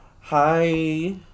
Hi